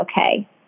okay